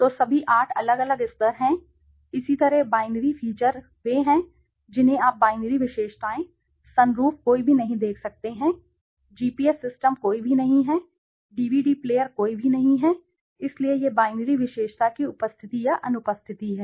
तो सभी 8 अलग अलग स्तर हैं इसी तरह बाइनरी फीचर वे हैं जिन्हें आप बाइनरी विशेषताएँ सनरूफ कोई भी नहीं देख सकते हैं जीपीएस सिस्टम कोई भी नहीं है डीवीडी प्लेयर कोई भी नहीं है इसलिए यह बाइनरी विशेषता की उपस्थिति या अनुपस्थिति है